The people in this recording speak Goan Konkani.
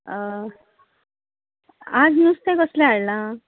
आज नुस्तें कसलें हाडलां